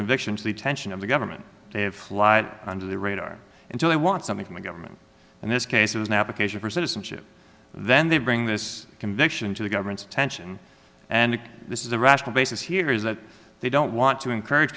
conviction to the attention of the government fly under the radar until they want something from the government in this case it was an application for citizenship then they bring this conviction to the government's attention and this is the rational basis here is that they don't want to encourage